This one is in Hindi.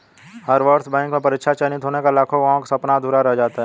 हर वर्ष बैंक परीक्षा में चयनित होने का लाखों युवाओं का सपना अधूरा रह जाता है